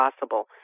possible